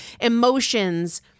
emotions